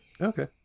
Okay